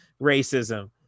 racism